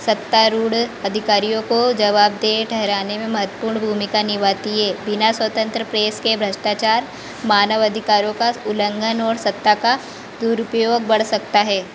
सत्तारूढ़ अधिकारियों को जवाबदेह ठहराने में महत्वपूर्ण भूमिका निभाती है बिना स्वतंत्र प्रेस के भ्रष्टाचार मानव अधिकारों का उल्लंघन और सत्ता का दुरुपयोग बढ़ सकता है